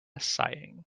sighing